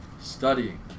studying